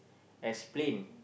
explain